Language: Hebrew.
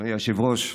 אדוני היושב-ראש,